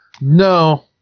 No